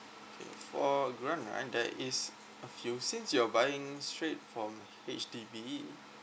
okay for grant right there is you since you're buying straight from H_D_B